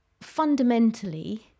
fundamentally